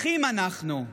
אחים אנחנו.